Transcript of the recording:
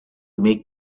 make